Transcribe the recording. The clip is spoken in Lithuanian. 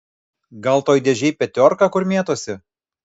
gal toj dėžėj petiorka kur mėtosi